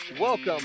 Welcome